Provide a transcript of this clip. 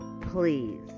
please